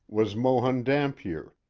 was mohun dampier,